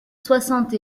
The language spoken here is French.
soixante